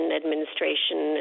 administration